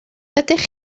ydych